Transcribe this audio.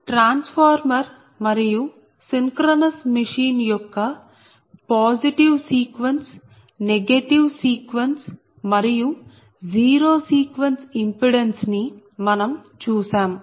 transformer మరియు synchronous machine యొక్క positive sequence negative sequence మరియు జీరో సీక్వెన్స్ ఇంపిడెన్స్ ని మనం చూసాం